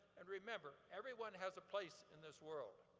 and remember, everyone has a place in this world.